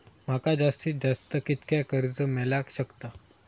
माका जास्तीत जास्त कितक्या कर्ज मेलाक शकता?